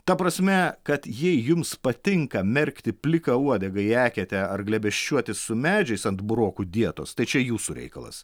ta prasme kad jei jums patinka merkti pliką uodegą į eketę ar glėbesčiuotis su medžiais ant burokų dietos tai čia jūsų reikalas